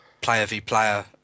player-v-player